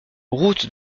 route